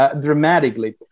dramatically